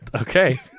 Okay